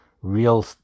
Real